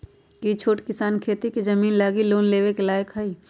कि छोट किसान खेती के जमीन लागी लोन लेवे के लायक हई?